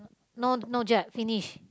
no no jab finish